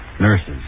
nurses